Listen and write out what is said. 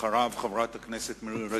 אחריו, חברת הכנסת מירי רגב.